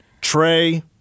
Trey